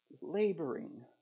laboring